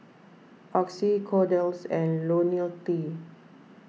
Oxy Kordel's and Ionil T